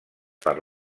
per